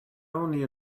only